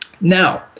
Now